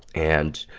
and,